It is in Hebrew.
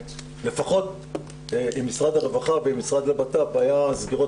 לפחות עם משרד הרווחה ומשרד הבט"פ היו סגירות